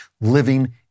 living